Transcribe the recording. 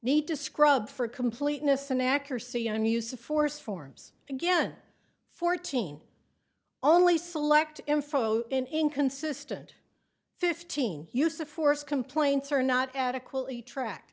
need to scrub for completeness and accuracy and use of force forms again fourteen only select info in inconsistent fifteen use of force complaints are not adequately track